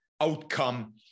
outcome